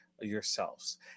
yourselves